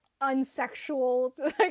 unsexual